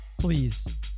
Please